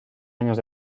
años